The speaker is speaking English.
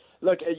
look